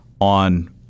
on